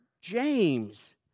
James